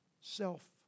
self